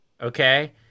Okay